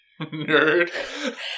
Nerd